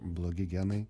blogi genai